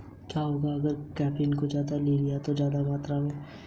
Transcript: क्या होगा अगर बैंक खाते में के.वाई.सी नहीं किया गया है?